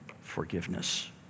forgiveness